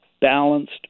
balanced